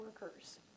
workers